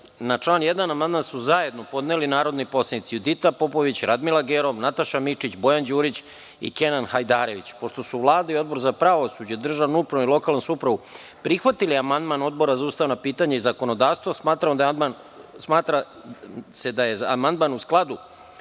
član 1. amandman su zajedno podneli narodni poslanici Judita Popović, Radmila Gerov, Nataša Mićić, Bojan Đurić i Kenan Hajdarević. Pošto su Vlada i Odbor za pravosuđe, državnu upravu i lokalnu samoupravu prihvatili amandman, a Odbora za ustavna pitanja i zakonodavstvo smatra da je amandman u skladu